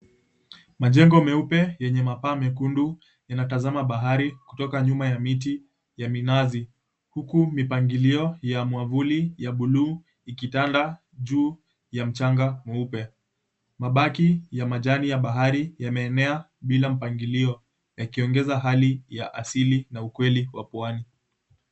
Majengo meupe yenye mapaa mekundu, yanatazama bahari kutoka nyuma ya miti ya minazi. Huku mipangilio ya mwavuli ya buluu ikitanda juu ya mchanga mweupe. Mabaki ya majani ya bahari yameenea bila mpangilio, yakiongeza hali ya asili na ukweli wa pwani.